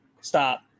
Stop